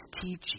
teaching